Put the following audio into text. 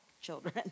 children